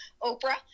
Oprah